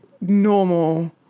normal